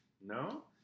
No